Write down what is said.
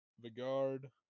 Vigard